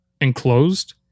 enclosed